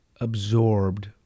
absorbed